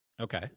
Okay